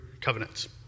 covenants